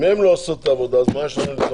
אם הן לא עושות את העבודה אז מה יש לנו להתלונן?